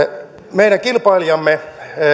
meidän kilpailijamme